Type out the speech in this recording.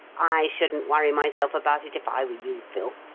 i shouldn't worry myself about it if i were you, phil.